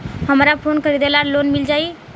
हमरा फोन खरीदे ला लोन मिल जायी?